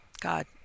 God